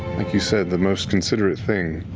like you said, the most considerate thing.